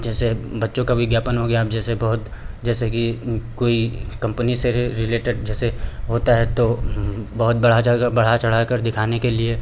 जैसे बच्चों का विज्ञापन हो गया अब जैसे बहुत जैसे कि कोई कंपनी से रिलेटेड जैसे होता है तो बहुत बड़ा बढ़ा चढ़ा कर दिखाने के लिए